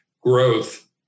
growth